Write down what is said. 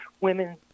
women